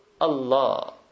Allah